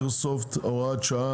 הנושא הצעת צו היבוא והיצוא (איסור ייבוא כלי איירסופט)(הוראת שעה),